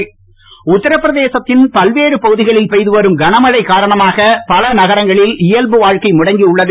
உத்தரபிரதேசம் உத்தரபிரதேசத்தின் பல்வேறு பகுதிகளில் பெய்து வரும் கனமழை காரணமாக பல நகரங்களில் இயல்பு வாழக்கை முடங்கி உள்ளது